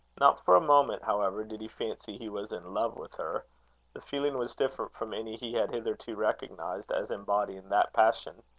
not for a moment, however, did he fancy he was in love with her the feeling was different from any he had hitherto recognized as embodying that passion.